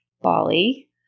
Bali